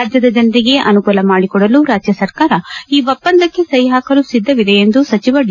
ರಾಜ್ಯದ ಜನರಿಗೆ ಅನುಕೂಲ ಮಾಡಿಕೊಡಲು ರಾಜ್ಯ ಸರ್ಕಾರ ಈ ಒಪ್ಪಂದಕ್ಕೆ ಸಹಿ ಹಾಕಲು ಸಿದ್ದವಿದೆ ಎಂದು ಸಚಿವ ಡಿ